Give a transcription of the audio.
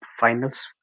finals